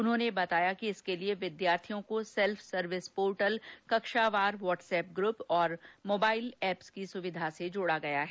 उन्होंने बताया कि इसके लिए वेटरनरी विद्यार्थियों को सेल्फ सर्विस पोर्टल कक्षावार व्हाट्स ऐप ग्रुप और मोबाइल एप्स की सुविधा से जोड़ा गया है